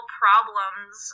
problems